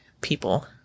people